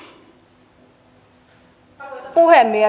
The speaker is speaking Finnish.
arvoisa puhemies